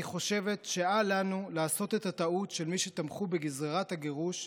אני חושבת שאל לנו לעשות את הטעות של מי שתמכו בגזרת הגירוש,